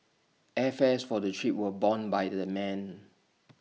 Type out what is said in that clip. airfares for the trip were borne by the men